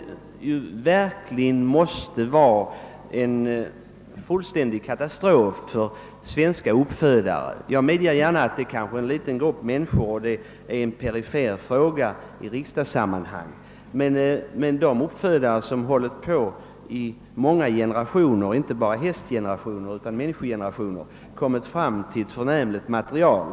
Det måste vara en fullständig: katastrof för svenska hästuppfödare. Jag medger gärna att det är en liten grupp och - att frågan är perifer i riksdagssammanhang, men den uppfödning som nu skett i många generationer, inte bara hästutan också människogenerationer, har gett ett förnämligt material.